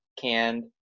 canned